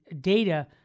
data